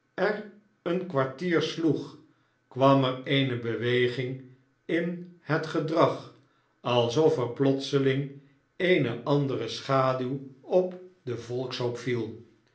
er een kwartier sloeg kwam er eene beweging in het gedrag alsofer plotseling eene andere schaduw op den volkshoop viel